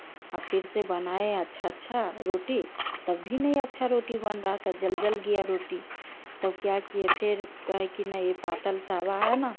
आ फिर से बनाए अच्छा अच्छा रोटी तब भी नहीं अच्छा रोटी बन रहां था जल जल गया रोटी तब क्या किए फिर कहे कि नहीं है पतला तवा है न